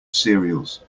cereals